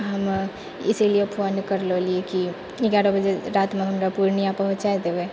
हमे इसलिये फोन करलियै जे कि एगारह बजे रातिमे हमरा पूर्णिया पहुँचाय देबै